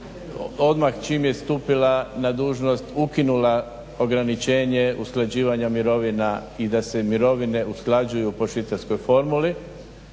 odmah čim je stupila na dužnost ukinula ograničenje usklađivanja mirovina i da se mirovine usklađuju po švicarskoj formuli